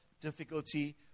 difficulty